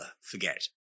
forget